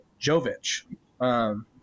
Jovic